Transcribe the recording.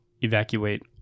evacuate